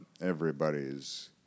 everybody's